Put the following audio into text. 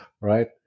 right